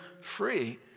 free